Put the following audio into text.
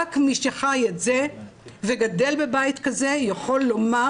רק מי שחי את זה וגדל בבית כזה יכול לומר